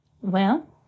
Well